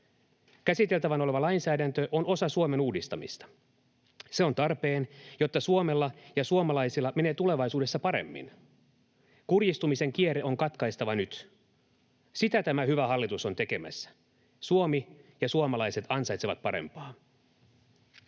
Käsiteltävänä oleva lainsäädäntö on osa Suomen uudistamista. Se on tarpeen, jotta Suomella ja suomalaisilla menee tulevaisuudessa paremmin. Kurjistumisen kierre on katkaistava nyt. Sitä tämä hyvä hallitus on tekemässä. Suomi ja suomalaiset ansaitsevat parempaa.